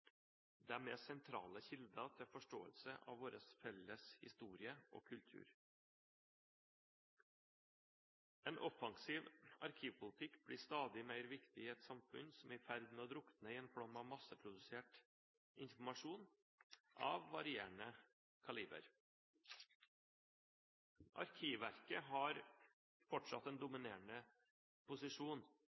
er sentrale kilder til forståelse av vår felles historie og kultur. En offensiv arkivpolitikk blir stadig mer viktig i et samfunn som er i ferd med å drukne i en flom av masseprodusert informasjon av varierende kaliber. Arkivverket har fortsatt en dominerende posisjon,